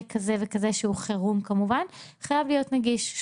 כזה וכזה שהוא חירום כמובן חייבים להיות נגישים,